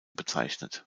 bezeichnet